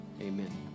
Amen